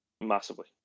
Massively